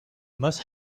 must